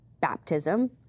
baptism